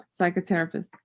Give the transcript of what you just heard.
psychotherapist